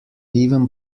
even